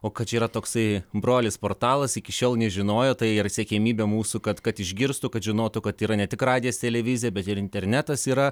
o kad čia yra toksai brolis portalas iki šiol nežinojo tai yra siekiamybė mūsų kad kad išgirstų kad žinotų kad yra ne tik radijas televizija bet ir internetas yra